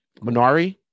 Minari